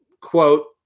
quote